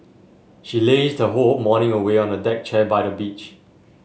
she lazed her whole morning away on a deck chair by the beach